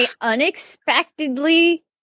unexpectedly